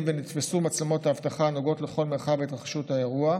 ונתפסו מצלמות האבטחה הנוגעות לכל מרחב התרחשות האירוע,